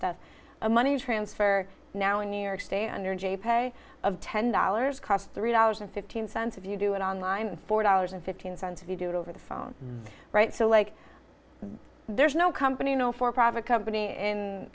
stuff a money transfer now in new york state under jay pay ten dollars cost three dollars and fifteen cents if you do it online and four dollars and fifteen cents if you do it over the phone right so like there's no company you know for a private company in